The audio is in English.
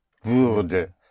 würde